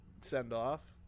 send-off